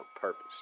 purpose